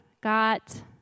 got